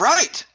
Right